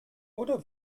oder